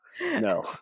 no